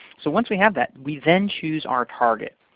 so once we have that, we then choose our target.